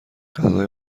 غذای